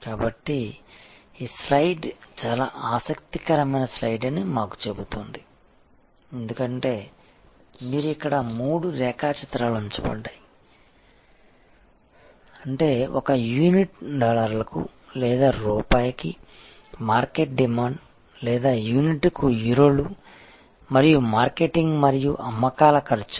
కాబట్టి ఈ స్లయిడ్ చాలా ఆసక్తికరమైన స్లయిడ్ అని మాకు చెబుతుంది ఎందుకంటే మీరు ఇక్కడ మూడు రేఖాచిత్రాలు ఉంచబడ్డారు అంటే ఒక యూనిట్ డాలర్లకు లేదా రూపాయికి మార్కెట్ డిమాండ్ లేదా యూనిట్కు యూరోలు మరియు మార్కెటింగ్ మరియు అమ్మకాల ఖర్చులు